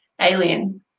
alien